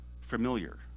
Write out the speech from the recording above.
familiar